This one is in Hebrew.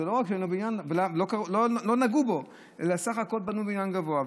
ולא נגעו בו אלא בסך הכול בנו בניין גבוה.